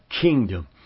kingdom